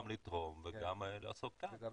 גם לתרום וגם לעשות --- כן,